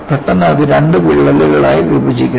പെട്ടെന്ന് അത് രണ്ട് വിള്ളലുകളായി വിഭജിക്കുന്നു